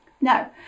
No